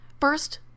First